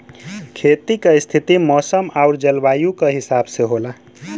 खेती क स्थिति मौसम आउर जलवायु क हिसाब से होला